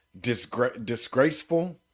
disgraceful